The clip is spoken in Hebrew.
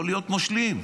לא להיות מושלים.